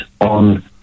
on